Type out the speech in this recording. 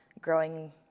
growing